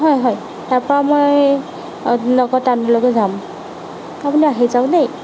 হয় হয় তাৰপৰা মই তালৈকে যাম আপুনি আহি যাওক দেই